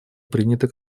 приняты